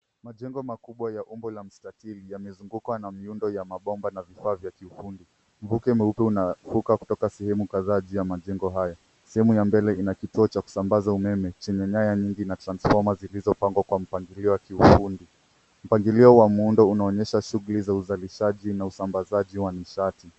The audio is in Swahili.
Majengo makubwa ya umbo la mstatili yamezungukwa na miundo ya mabomba na vifaa vya kiufundi. Mvuke mweupe unafuka kutoka sehemu kadhaa juu ya majengo haya. Sehemu ya mbele ina kituo cha kusambaza umeme chenye nyaya nyingi na transfoma zilizopangwa kwa mpangilio wa kiufundi. Mpangilio wa muundo unaonyesha shughuli za uzalishaji na usambazaji wa nishati.